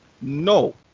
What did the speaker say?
No